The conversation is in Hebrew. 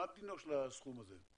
מה דינו של הסכום הזה?